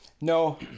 No